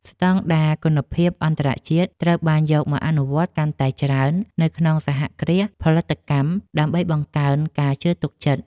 ស្តង់ដារគុណភាពអន្តរជាតិត្រូវបានយកមកអនុវត្តកាន់តែច្រើននៅក្នុងសហគ្រាសផលិតកម្ម ដើម្បីបង្កើនការជឿទុកចិត្ត។